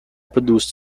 produced